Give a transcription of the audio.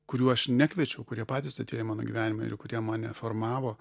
kurių aš nekviečiau kurie patys atėjo į mano gyvenimą ir kurie mane formavo